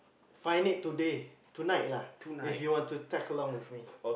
find it today tonight lah if you want to tag along with me